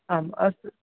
आम् अस्तु